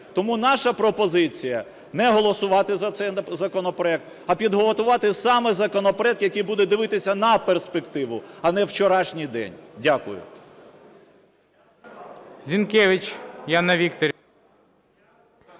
Тому наша пропозиція: не голосувати за цей законопроект, а підготувати саме законопроект, який буде дивитися на перспективу, а не у вчорашній день. Дякую.